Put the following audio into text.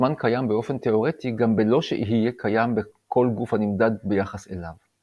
הזמן קיים באופן תאורטי גם בלא שיהיה קיים כל גוף הנמדד ביחס אליו.